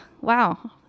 Wow